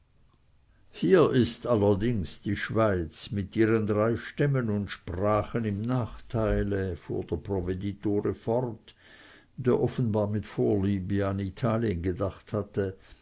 hier ist allerdings die schweiz mit ihren drei stämmen und sprachen im nachteile fuhr der provveditore fort der offenbar mit vorliebe an italien gedacht hatte